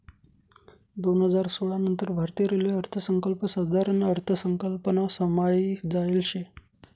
दोन हजार सोळा नंतर भारतीय रेल्वे अर्थसंकल्प साधारण अर्थसंकल्पमा समायी जायेल शे